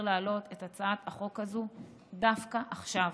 להעלות את הצעת החוק הזו דווקא עכשיו,